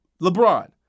lebron